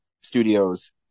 studios